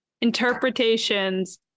interpretations